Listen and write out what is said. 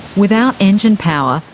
without engine power,